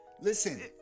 Listen